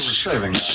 saving